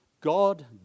God